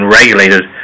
regulated